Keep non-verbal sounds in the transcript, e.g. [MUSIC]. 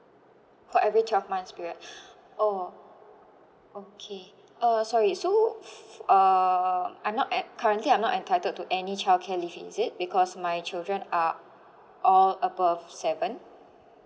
for every twelve months period [BREATH] oh okay oh sorry so uh I'm not en~ currently I'm not entitled to any childcare leave is it because my children are all above seven